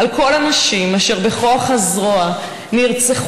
/ על כל הנשים אשר בכוח הזרוע נרצחו